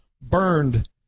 burned